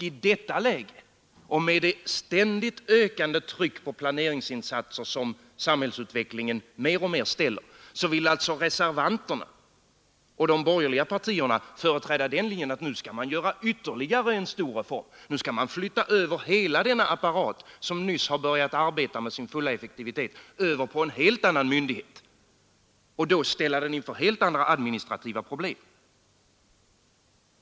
I detta läge och med de ständigt ökande krav på planeringsinsatser som samhällsutvecklingen ställer, vill alltså reservanterna och de borgerliga partierna företräda den linjen att nu skall man göra ytterligare en stor reform och flytta över hela denna apparat, som nyss har börjat arbeta med full effektivitet, på en helt annan myndighet och ställa den inför helt andra administrativa problem.